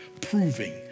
proving